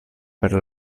per